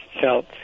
felt